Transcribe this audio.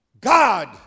God